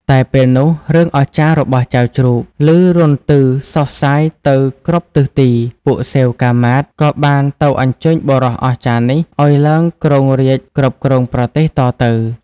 តែពេលនោះរឿងអស្ចារ្យរបស់ចៅជ្រូក ឮរន្ទឺសុះសាយទៅគ្រប់ទិសទី ពួកសេវកាមាត្រក៏បានទៅអញ្ជើញបុរសអស្ចារ្យនេះ ឱ្យឡើងគ្រងរាជ្យគ្រប់គ្រងប្រទេសតទៅ។